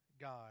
God